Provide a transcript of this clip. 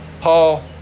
Paul